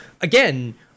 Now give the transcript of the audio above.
again